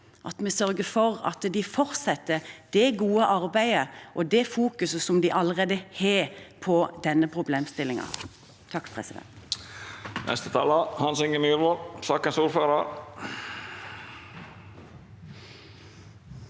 bruker dem, fortsetter det gode arbeidet og det fokuset som de allerede har på denne problemstillingen.